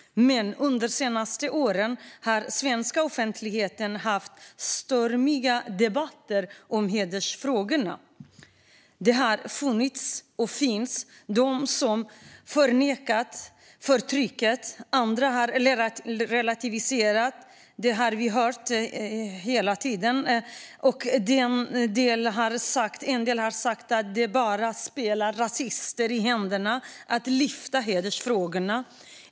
Men under de senaste åren har den svenska offentligheten haft stormiga debatter om hedersfrågorna. Det har funnits, och finns, de som förnekar förtrycket. Andra har relativiserat det, och det hör vi hela tiden. En del har sagt att det bara spelar rasister i händerna att lyfta hedersfrågorna.